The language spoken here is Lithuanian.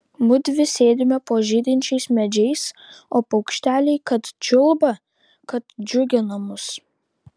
mudvi sėdime po žydinčiais medžiais o paukšteliai kad čiulba kad džiugina mus